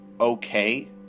okay